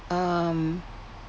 um